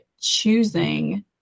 choosing